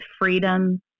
freedom